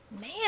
Man